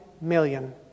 million